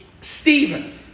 Stephen